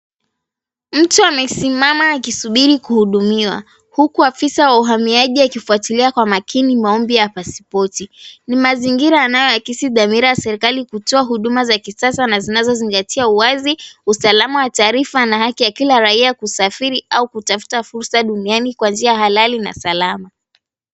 Mtu anayesimama akisubiri kuhudumiwa huku afisa wa uhamiaji akifuatilia kwa makini maombi ya pasipoti. Ni mazingira yanayoakisi dhamira ya serikali kutoa huduma za kisasa na zinazozingatia wazi usalama wa taarifa na haki ya kila raia kusafiri au kutafuta fursa duniani kwa njia rasmi na salama.